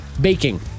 Baking